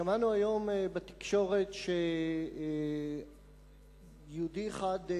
שמענו היום בתקשורת שיהודי אחד,